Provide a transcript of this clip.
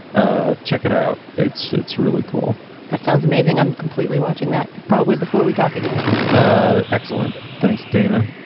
ah check it out. it's it's really cool that sounds amazing. i'm completely watching that probably before we talk again ah excellent. thanks, dana.